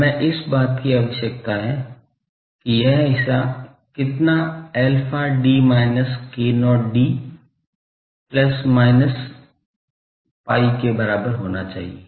हमें इस बात की आवश्यकता है कि यह हिस्सा कितना alpha d minus k0d plus minus pi के बराबर होना चाहिए